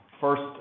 First